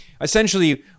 essentially